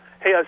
Hey